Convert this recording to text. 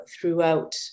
throughout